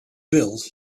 built